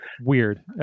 weird